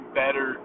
better